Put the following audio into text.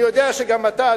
אני יודע שגם אתה,